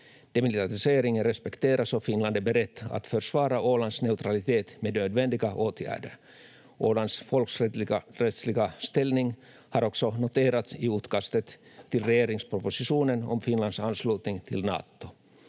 Demilitariseringen respekteras och Finland är berett att försvara Ålands neutralitet med nödvändiga åtgärder. Ålands folkrättsliga ställning har också noterats i utkastet till regeringspropositionen om Finlands anslutning till Nato.